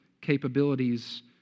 capabilities